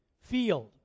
field